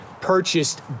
purchased